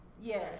Yes